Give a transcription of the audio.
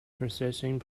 processing